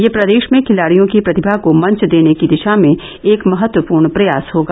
यह प्रदेश में खिलाड़ियों की प्रतिभा को मंच देने की दिशा में एक महत्वपूर्ण प्रयास होगा